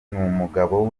n’umugabo